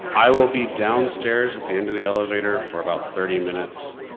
i will be downstairs at the end of the elevator for about thirty minutes,